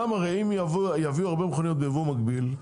אם יביאו הרבה מכוניות בייבוא מקביל,